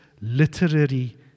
literary